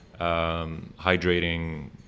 hydrating